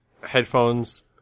headphones